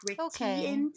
Okay